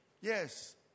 Yes